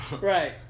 Right